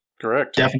Correct